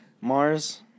Mars